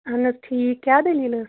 اَہَن حظ ٹھیٖک کیٛاہ دٔلیٖل